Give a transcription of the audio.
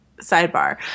sidebar